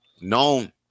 known